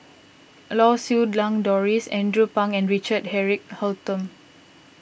Lau Siew Lang Doris Andrew Phang and Richard Eric Holttum